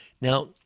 Now